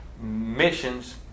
missions